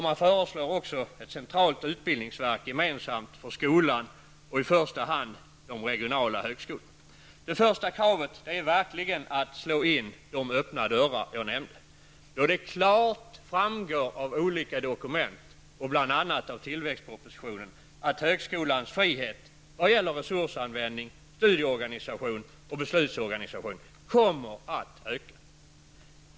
Man föreslår också ett centralt utbildningsverk gemensamt för skolan och i första hand de regionala högskolorna. Det första kravet är verkligen att slå in de öppna dörrar som jag nämnde, då det klart framgår av olika dokument, bl.a. tillväxtpropositionen, att högskolans frihet vad gäller resursanvändning, studieorganisation och beslutsorganisation kommer att öka.